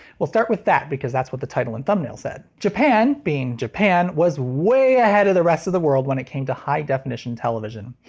we'll start with that because that's what's the title and thumbnail said. japan, being japan, was way ahead of the rest of the world when it came to high definition television.